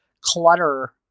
clutter-